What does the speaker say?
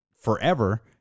forever